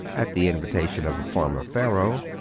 at the invitation of a former pharaoh,